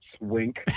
Wink